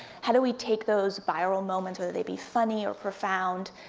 how do we take those viral moments, whether they be funny or profound,